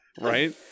right